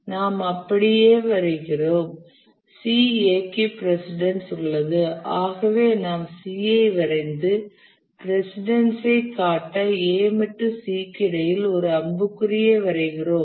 நாம் அதை அப்படியே வரைகிறோம் C A க்கு பிரசிடன்ஸ் உள்ளது ஆகவே நாம் C ஐ வரைந்து பிரசிடன்ஸ் ஐ காட்ட A மற்றும் C க்கு இடையில் ஒரு அம்புக்குறியை வரைகிறோம்